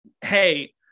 hey